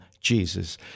Jesus